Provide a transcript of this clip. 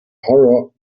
horror